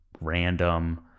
random